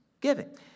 giving